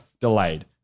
delayed